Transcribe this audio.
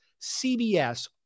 CBS